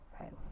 right